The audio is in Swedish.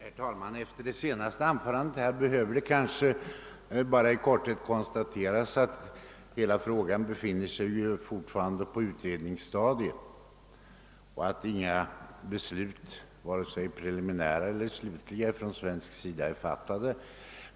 Herr talman! Efter det sista anförandet måste man kanske konstatera, att hela frågan fortfarande befinner sig på utredningsstadiet. Inga beslut — vare sig preliminära eller slutgiltiga — har från svensk sida fattats.